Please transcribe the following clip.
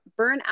burnout